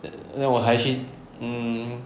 then then 我还去 mm